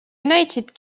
united